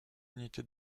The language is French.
unités